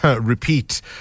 repeat